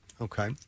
Okay